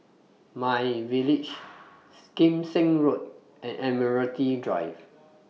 MyVillage Kim Seng Road and Admiralty Drive